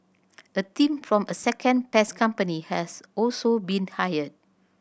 a team from a second pest company has also been hired